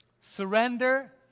Surrender